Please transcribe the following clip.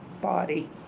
body